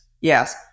Yes